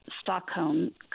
Stockholm